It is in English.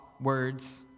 words